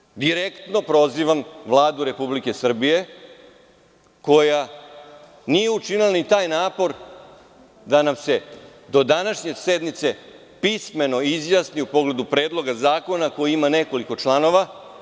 Ja ovde direktno prozivam Vladu Republike Srbije koja nije učinila ni taj napor da nam se do današnje sednice pismeno izjasni u pogledu Predloga zakona koji ima nekoliko članova.